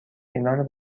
ایران